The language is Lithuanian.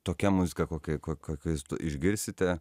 tokia muzika kokia kokia ko ko išgirsite